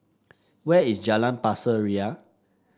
where is Jalan Pasir Ria